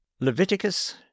Leviticus